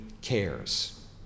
cares